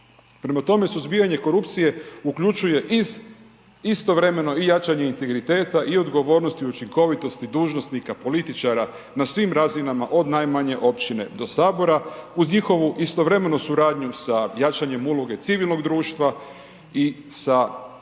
Prema tome, suzbijanje korupcije uključuje, istovremeno i jačanje integriteta i odgovornost i učinkovitost i dužnosnika, političara, na svim razinama od najmanje općine do Sabora uz njihovu istovremenu suradnju sa jačanjem uloge civilnog društva i sa stvaranjem